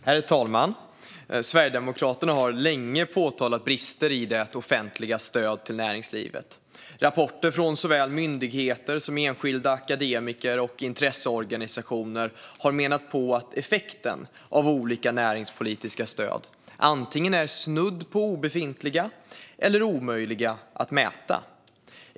Herr talman! Sverigedemokraterna har länge påtalat brister i det offentligas stöd till näringslivet. Rapporter från såväl myndigheter som enskilda akademiker och intresseorganisationer har menat på att effekterna av olika näringspolitiska stöd antingen är snudd på obefintliga eller omöjliga att mäta.